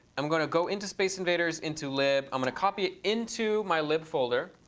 i'm going to go into space invaders, into lib. i'm going to copy it into my lib folder.